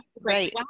right